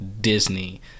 disney